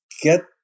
get